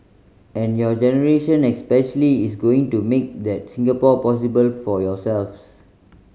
and your generation especially is going to make that Singapore possible for yourselves